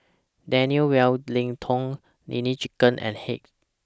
Daniel Wellington Nene Chicken and Heinz